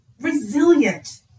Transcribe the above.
resilient